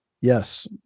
Yes